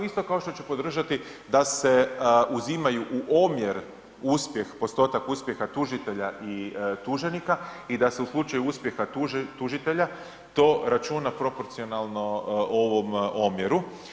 Isto kao što će podržati da se uzimaju u omjer uspjeh, postotak uspjeha tužitelja i tuženika i da se u slučaju uspjeha tužitelja to računa proporcionalno ovom omjeru.